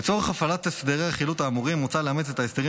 לצורך הפעלת הסדרי החילוט האמורים מוצע לאמץ את ההסדרים